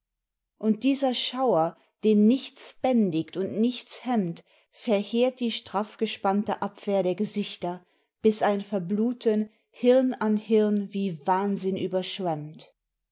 und dieser schauer den nichts bändigt und nichts henmit verheert die straffgespannte abwehr der gesichter bis ein verbluten hirn an hirn wie wahnsinn überschwemmt